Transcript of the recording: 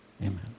amen